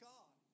God